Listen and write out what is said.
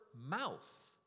mouth